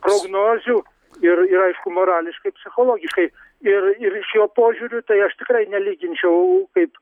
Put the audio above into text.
prognozių ir ir aišku morališkai psichologiškai ir ir šiuo požiūriu tai aš tikrai nelyginčiau kaip